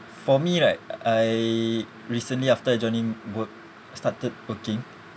for me right I recently after joining work started working